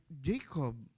Jacob